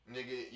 Nigga